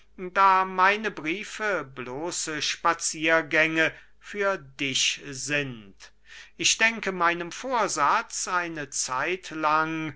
da meine briefe bloße spaziergänge für dich sind ich denke meinem vorsatz eine zeitlang auf